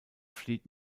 flieht